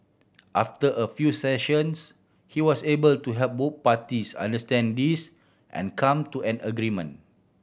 after a few sessions he was able to help both parties unlisted this and come to an agreement